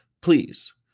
Please